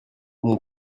mon